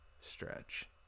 stretch